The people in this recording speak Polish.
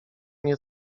nie